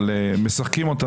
אבל "משחקים אותה",